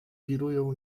wirują